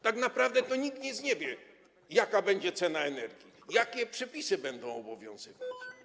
Tak naprawdę to nikt nic nie wie: jaka będzie cena energii, jakie przepisy będą obowiązywać.